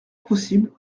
possible